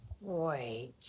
Wait